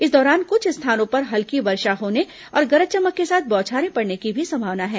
इस दौरान कुछ स्थानों पर हल्की वर्षा होने और गरज चमक के साथ बौछारें पडने की भी संभावना है